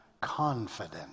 confident